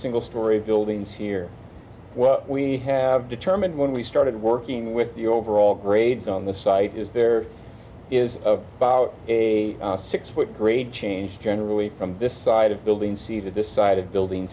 single story buildings here we have determined when we started working with the overall grade on the site is there is about a six foot grade change generally this side of building sees a decided building